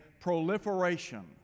proliferation